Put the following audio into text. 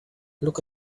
look